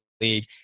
league